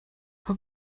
how